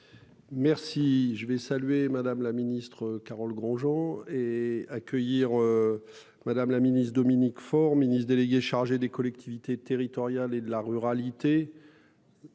Merci je vais saluer Madame la Ministre Carole Granjean et accueillir. Madame la ministre Dominique Faure, ministre délégué chargé des collectivités territoriales et de la ruralité.